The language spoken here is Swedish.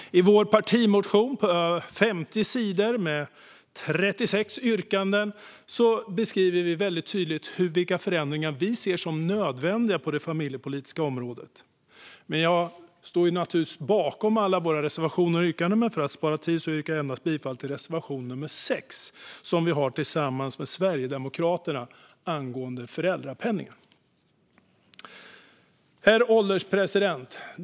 I vår partimotion på över 50 sidor med 36 yrkanden beskriver vi tydligt vilka förändringar vi ser som nödvändiga på det familjepolitiska området. Jag står givetvis bakom alla våra reservationer men för att spara tid yrkar jag endast bifall till reservation nummer 6 om föräldrapenningen, som vi har tillsammans med Sverigedemokraterna. Herr ålderspresident!